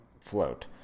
Float